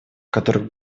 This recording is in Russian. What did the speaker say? которых